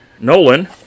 Nolan